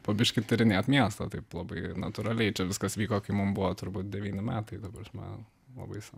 po biškį tyrinėt miestą taip labai natūraliai čia viskas vyko kai mum buvo turbūt devyni metai ta prasme buvo baisu